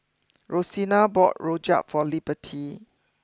Rosina bought Rojak for Liberty